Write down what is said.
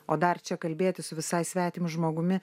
o dar čia kalbėti su visai svetimu žmogumi